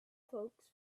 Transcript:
folks